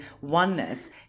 oneness